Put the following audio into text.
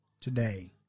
today